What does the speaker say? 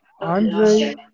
Andre